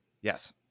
Yes